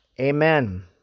Amen